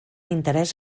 interès